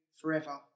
forever